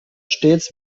stets